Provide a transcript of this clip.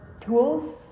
tools